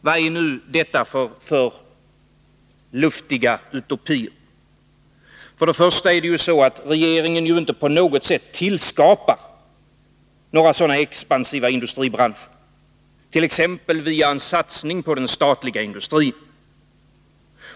Vad är nu detta för luftiga utopier? För det första är det ju så att regeringen inte på något sätt tillskapar expansiva industribranscher, t.ex. via en satsning på den statliga industrin.